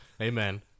Amen